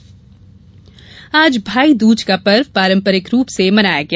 भाईदूज आज भाई दूज का पर्व पारंपरिक रूप से मनाया गया